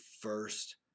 first